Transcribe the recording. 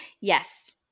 Yes